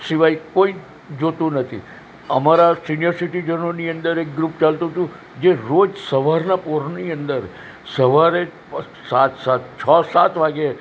સિવાય કોઈ જ જોતું નથી અમારા સિનિયર સીટીઝનોની અંદર એક ગ્રૂપ ચાલતું હતું જે રોજ સવારના પહોરની અંદર સવારે સાત સાત છ સાત વાગે